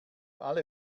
alle